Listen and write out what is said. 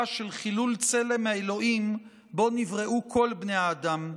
של חילול צלם האלוהים שבו נבראו כל בני האדם.